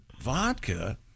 Vodka